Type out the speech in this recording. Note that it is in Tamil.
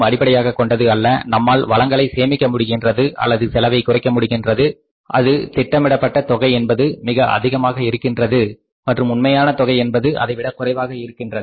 அது திட்டமிடப்பட்ட தொகை என்பது மிக அதிகமாக இருந்திருக்கின்றது மற்றும் உண்மையான தொகை என்பது அதைவிட குறைவானதாக இருந்திருக்கின்றது